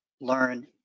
learn